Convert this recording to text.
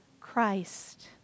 Christ